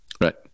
right